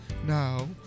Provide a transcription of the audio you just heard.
Now